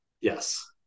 Yes